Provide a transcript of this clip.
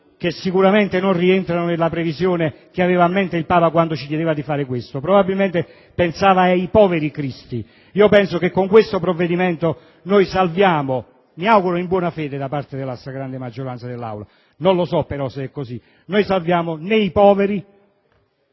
che sicuramente non rientrano nella previsione che aveva in mente il Papa quando ci chiedeva di fare questo; probabilmente pensava ai poveri cristi. Penso che con questo provvedimento non salviamo - mi auguro in buona fede da parte della stragrande maggioranza dell'Aula, ma non so se è così - né i poveri,